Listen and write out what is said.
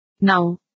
Now